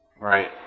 Right